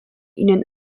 ihnen